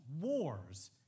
wars